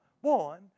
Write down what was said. one